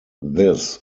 this